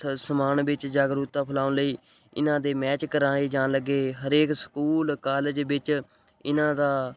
ਸ ਸਨਮਾਨ ਵਿੱਚ ਜਾਗਰੂਕਤਾ ਫੈਲਾਉਣ ਲਈ ਇਹਨਾਂ ਦੇ ਮੈਚ ਕਰਵਾਏ ਜਾਣ ਲੱਗੇ ਹਰੇਕ ਸਕੂਲ ਕਾਲਜ ਵਿੱਚ ਇਹਨਾਂ ਦਾ